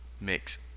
mix